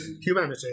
humanity